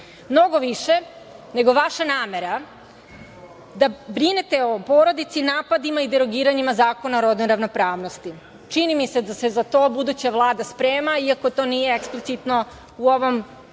mnogo više nego vaša namera da brinete o porodici, napadima i derogiranjima Zakona o rodnoj ravnopravnosti. Čini mi se da se za to buduća Vlada sprema, iako to nije eksplicitno u ovom